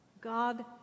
God